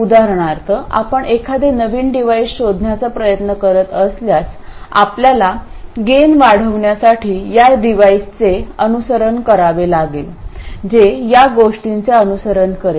उदाहरणार्थ आपण एखादे नवीन डिव्हाइस शोधण्याचा प्रयत्न करीत असल्यास आपल्याला गेन वाढवण्यासाठी या डिव्हाइसचे अनुसरण करावे लागेल जे या गोष्टींचे अनुसरण करेल